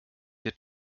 der